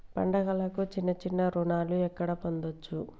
పండుగలకు చిన్న చిన్న రుణాలు ఎక్కడ పొందచ్చు?